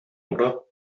oder